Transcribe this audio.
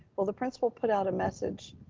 well, the principal put out a message,